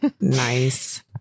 Nice